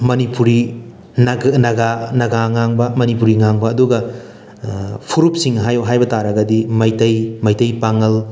ꯃꯅꯤꯄꯨꯔꯤ ꯅꯥꯒꯥ ꯅꯥꯒꯥ ꯉꯥꯡꯕ ꯃꯅꯤꯄꯨꯔꯤ ꯉꯥꯡꯕ ꯑꯗꯨꯒ ꯐꯨꯔꯨꯞꯁꯤꯡ ꯍꯥꯏꯌꯨ ꯍꯥꯏꯕ ꯇꯔꯒꯗꯤ ꯃꯩꯇꯩ ꯃꯩꯇꯩ ꯄꯥꯉꯜ